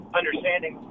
understanding